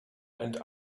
and